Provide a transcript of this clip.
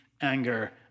anger